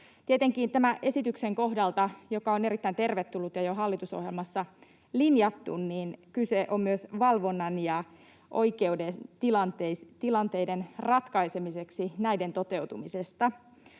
Tietenkin tämän esityksen kohdalta, joka on erittäin tervetullut ja jo hallitusohjelmassa linjattu, kyse on myös valvonnan ja oikeuden toteutumisesta tilanteiden ratkaisemiseksi.